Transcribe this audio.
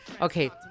Okay